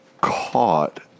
caught